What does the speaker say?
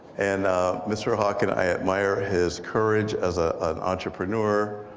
and ah mr. hawken, i admire his courage as ah an entrepreneur,